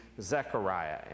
Zechariah